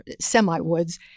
semi-woods